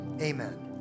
amen